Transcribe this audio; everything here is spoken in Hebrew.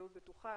להזדהות בטוחה,